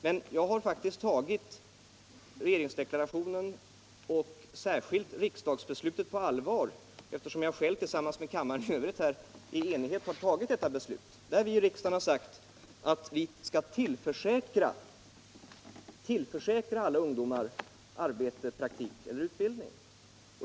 Men jag har faktiskt tagit regeringsdeklarationen och särskilt riksdagsbeslutet på allvar, eftersom kammaren i enighet har fattat detta beslut. Där har vi ju i riksdagen sagt att vi skall tillförsäkra alla ungdomar arbete, praktik eller utbildning.